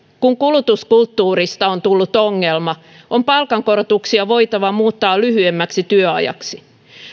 kun kulutuskulttuurista on tullut ongelma on palkankorotuksia voitava muuttaa lyhyemmäksi työajaksi